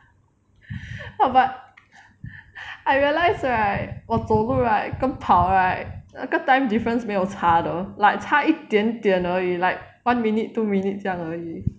!wah! but I realize right 我走路 right 跟跑 right the 那个 time difference 没有差的 like 差一点点而已 like one minute two minute 这样而已